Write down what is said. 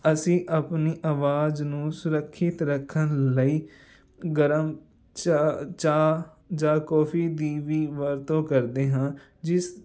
ਅਸੀਂ ਆਪਣੀ ਆਵਾਜ਼ ਨੂੰ ਸੁਰੱਖਿਅਤ ਰੱਖਣ ਲਈ ਗਰਮ ਚਾਹ ਜਾਂ ਜਾਂ ਕੌਫੀ ਦੀ ਵੀ ਵਰਤੋਂ ਕਰਦੇ ਹਾਂ ਜਿਸ